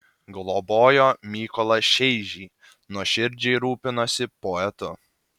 globojo mykolą šeižį nuoširdžiai rūpinosi poetu